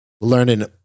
learning